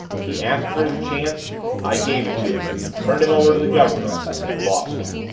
he asked for his chance i gave it to him turned him over to the government and lost him.